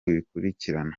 bikurikirana